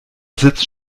sitzt